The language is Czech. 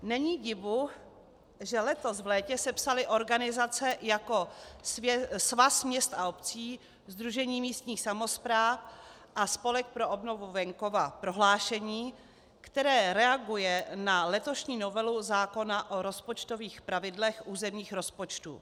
Není divu, že letos v létě sepsaly organizace jako Svaz měst a obcí, Sdružení místních samospráv a Spolek pro obnovu venkova prohlášení, které reaguje na letošní novelu zákona o rozpočtových pravidlech územních rozpočtů.